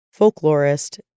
folklorist